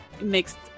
mixed